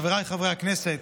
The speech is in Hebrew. חבריי חברי הכנסת,